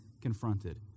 confronted